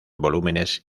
volúmenes